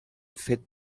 fet